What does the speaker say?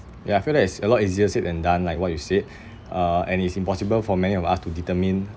ya I feel that it's a lot easier said than done like what you said uh and it's impossible for many of us to determine